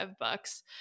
bucks